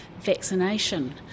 vaccination